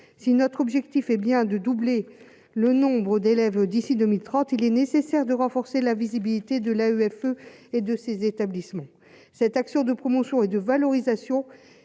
si notre objectif est bien de doubler le nombre d'élèves, d'ici 2030, il est nécessaire de renforcer la visibilité de l'AFE et de ces établissements, cette action de promotion et de valorisation,